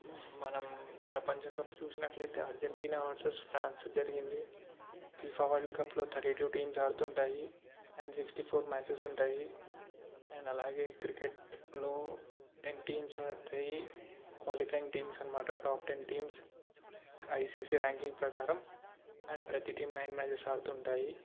మనం ప్రపంచ కప్ చూసినట్లయితే అర్జెంటీనా వర్సెస్ ఫ్రాన్స్ జరిగింది ఫీఫా వరల్డ్ కప్లో థర్టీ టూ టీమ్స్ ఆడుతూ ఉంటాయి అండ్ సిక్స్టీ ఫోర్ మ్యాచెస్ ఉంటాయి అండ్ అలాగే క్రికెట్లో టెన్ టీమ్స్ ఆడతాయి క్వాలిఫైయింగ్ టీమ్స్ అనమాట top ten teams ICC ranking ప్రకారం అండ్ ప్రతీ టీమ్ నైన్ మ్యాచెస్ ఆడుతుంటాయి